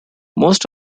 most